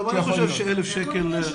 גם אני חושב ש-1,000 שקל,